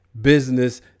business